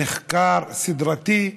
נחקר סדרתי,